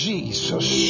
Jesus